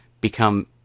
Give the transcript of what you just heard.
become